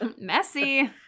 Messy